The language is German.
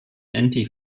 anti